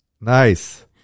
Nice